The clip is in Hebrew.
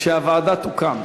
כשהוועדה תוקם.